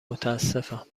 متاسفم